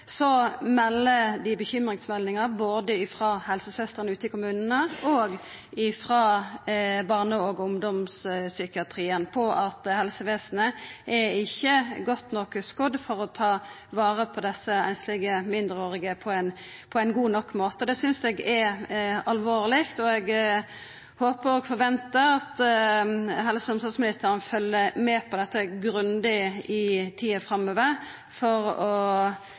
både frå helsesøstrer ute i kommunane og frå barne- og ungdomspsykiatrien om at helsevesenet ikkje er godt nok skodd for å ta vare på desse einslege mindreårige på ein god nok måte. Det synest eg er alvorleg, og eg håper og forventar at helse- og omsorgsministeren følgjer med på dette grundig i tida framover for å